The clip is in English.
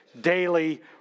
daily